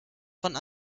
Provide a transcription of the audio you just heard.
von